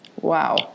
Wow